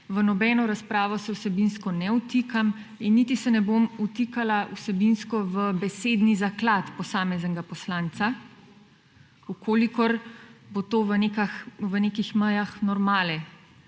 V nobeno razpravo se vsebinsko ne vtikam in niti se ne bom vtikala vsebinsko v besedni zaklad posameznega poslanca, v kolikor bo to v nekih mejah normale.